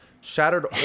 Shattered